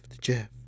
Jeff